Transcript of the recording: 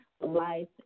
life